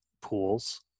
pools